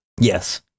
Yes